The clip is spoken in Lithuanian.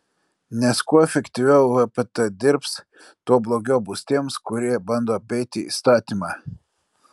nes kuo efektyviau vpt dirbs tuo blogiau bus tiems kurie bando apeiti įstatymą